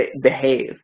behave